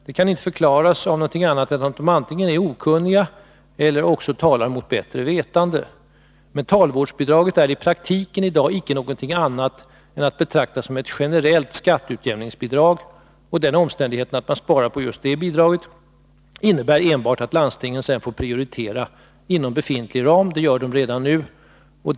Det kan inte förklaras på annat sätt än att de antingen är okunniga eller talar mot bättre vetande. Mentalvårdsbidraget är i praktiken i dag att betrakta som ett generellt skatteutjämningsbidrag. Den omständigheten att man sparar på just det bidraget innebär enbart att landstingen sedan får prioritera inom befintlig ram. Det gör de redan nu.